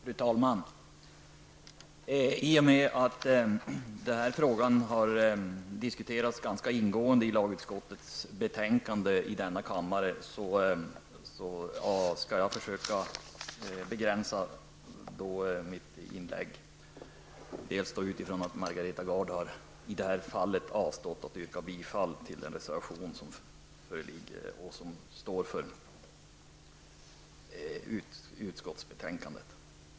Fru talman! Eftersom den här frågan har behandlats ganska ingående här i kammaren när vi diskuterade lagutskottets betänkande skall jag försöka begränsa mitt inlägg. Dessutom har ju Margareta Gard i det här fallet avstått från att yrka bifall till reservationen i betänkandet.